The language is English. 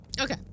Okay